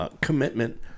commitment